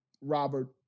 Robert